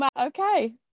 okay